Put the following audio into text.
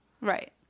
Right